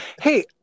Hey